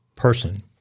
person